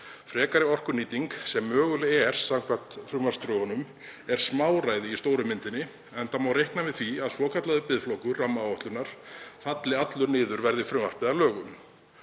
Frekari orkunýting sem möguleg er samkvæmt frumvarpsdrögunum er smáræði í stóru myndinni, enda má reikna með því að svokallaður biðflokkur rammaáætlunar falli allur niður, verði frumvarpið að lögum.